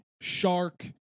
shark